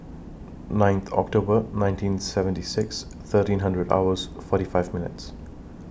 nine October nineteen seventy six thirteen hundred hours forty five minutes